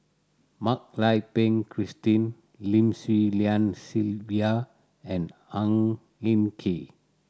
Mak Lai Peng Christine Lim Swee Lian Sylvia and Ang Hin Kee